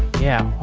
yeah.